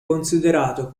considerato